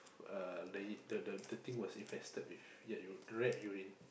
uh the the the the thing was infested with rat uri~ rat urine